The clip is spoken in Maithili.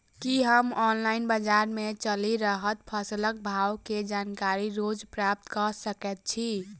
की हम ऑनलाइन, बजार मे चलि रहल फसलक भाव केँ जानकारी रोज प्राप्त कऽ सकैत छी?